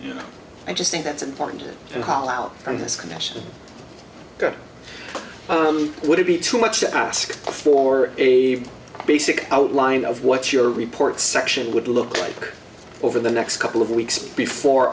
you know i just think that's important and haul out and this connection would be too much to ask for a basic outline of what your report section would look like over the next couple of weeks before